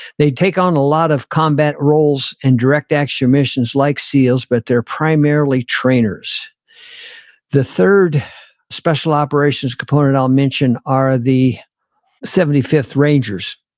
they take on a lot of combat roles and direct action missions like seals, but they're primarily trainers the third special operations component i'll mention are the seventy fifth rangers.